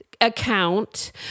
account